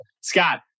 Scott